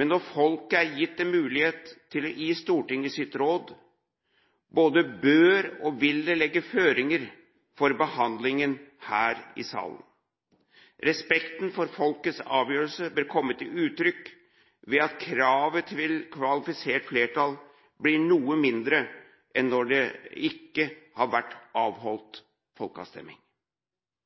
men når folket er gitt en mulighet til å gi Stortinget sitt råd, både bør og vil det legge føringer for behandlingen her i salen. Respekten for folkets avgjørelse bør komme til uttrykk ved at kravet til kvalifisert flertall blir noe mindre enn når det ikke har vært avholdt folkeavstemning.